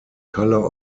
color